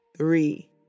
three